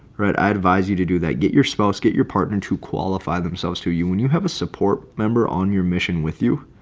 right? i advise you to do that. get your spouse get your partner and to qualify themselves to you when you have a support member on your mission with you.